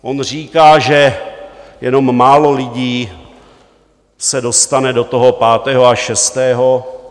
On říká, že jenom málo lidí se dostane do toho pátého a šestého.